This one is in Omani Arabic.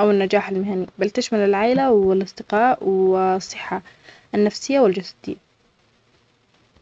أو النجاح المهم بل تشمل العائلة والأستقرار والصحة النفسية و الجسدية.